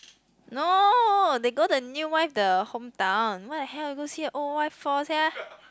no they go to the new wife the hometown what the hell you go see the old wife for sia